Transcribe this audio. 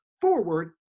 forward